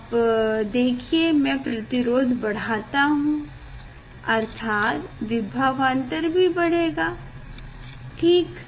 आप देखिए मैं प्रतिरोध बढ़ता हूँ अर्थात विभावांतर भी बढ़ेगी ठीक